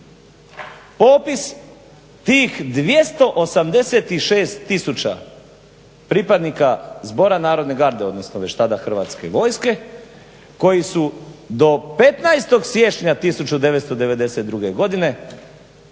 popis tih 286 tisuća pripadnika Zbora narodne garde, odnosno već tada Hrvatske vojske koji su do 15. siječnja 1992. godine